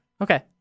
okay